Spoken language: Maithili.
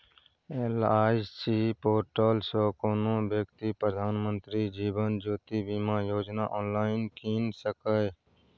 एल.आइ.सी पोर्टल सँ कोनो बेकती प्रधानमंत्री जीबन ज्योती बीमा योजना आँनलाइन कीन सकैए